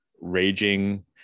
raging